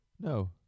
No